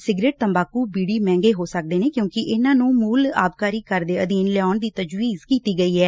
cigarette ਤੰਬਾਕੂ ਬੀਤੀ ਮਹਿੰਗੇ ਹੋ ਸਕਦੇ ਨੇ ਕਿਉਂਕਿ ਇਨ੍ਹਾਂ ਨੂੰ ਮੂਲ ਆਬਕਾਰੀ ਕਰ ਦੇ ਅਧੀਨ ਲਿਆਉਣ ਦੀ ਤਜਵੀਜ ਕੀਤੀ ਗਈ ਐ